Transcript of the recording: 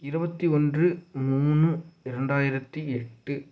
இருபத்தி ஒன்று மூணு இரண்டாயிரத்தி எட்டு